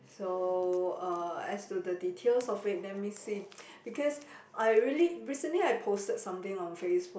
so uh as for the details of it let me see because I really recently I posted something on Facebook